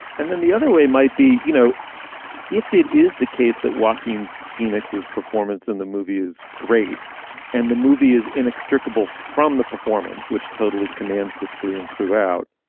and then the other way might be you know if it is the case that walking phoenix's performance in the movie is great and the movie is inextricable from the performance which totally commands the screen throughout.